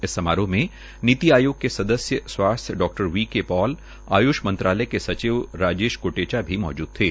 इस समारोह मे नीति आयोग के सदस्य स्वास्थ्य डा वी के पॉल आय्ष मंत्रालय के सचिव राजेश कोटेचा भी मौजूद थे